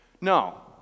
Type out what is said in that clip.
no